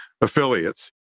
affiliates